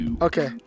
Okay